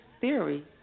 theory